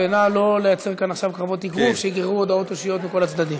ונא לא לייצר כאן עכשיו קרבות אגרוף שיגררו הודעות אישיות מכל הצדדים.